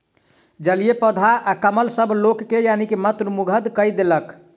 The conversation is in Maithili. जलीय पौधा कमल सभ लोक के मंत्रमुग्ध कय देलक